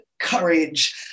Courage